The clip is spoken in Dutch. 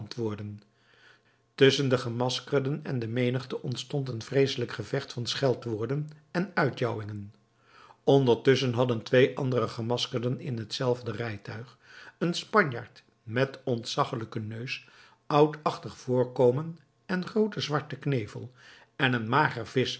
tusschen de gemaskerden en de menigte ontstond een vreeselijk gevecht van scheldwoorden en uitjouwingen ondertusschen hadden twee andere gemaskerden in hetzelfde rijtuig een spanjaard met ontzaggelijken neus oudachtig voorkomen en grooten zwarten knevel en een mager